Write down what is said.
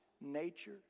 nature